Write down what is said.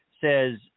says